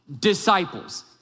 disciples